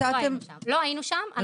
לא היינו שם.